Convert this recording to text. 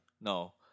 No